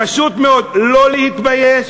פשוט מאוד לא להתבייש,